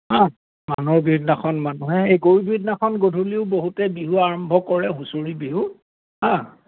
হা মানুহৰ বিহুদিনাখন মানুহে এই গৰু বিহুদিনাখন গধূলিও বহুতে বিহু আৰম্ভ কৰে হুঁচৰি বিহু হা